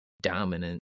dominant